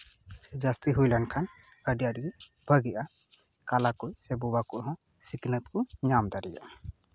ᱡᱟᱹᱥᱛᱤ ᱦᱩᱭ ᱞᱮᱱᱠᱷᱟᱱ ᱟᱹᱰᱤ ᱟᱸᱴᱜᱮ ᱵᱷᱟᱹᱜᱤᱜᱼᱟ ᱠᱟᱞᱟ ᱠᱚ ᱥᱮ ᱵᱳᱵᱟ ᱠᱚ ᱦᱚᱸ ᱥᱤᱠᱷᱱᱟᱹᱛ ᱠᱚ ᱧᱟᱢ ᱫᱟᱲᱮᱭᱟᱜᱼᱟ